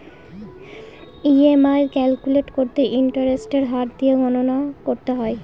EMI calculate করতে ইন্টারেস্টের হার দিয়ে গণনা করতে হয়